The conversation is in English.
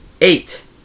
eight